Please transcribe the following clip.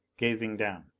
gazing down.